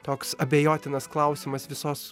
toks abejotinas klausimas visos